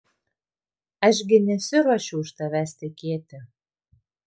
aš gi nesiruošiu už tavęs tekėti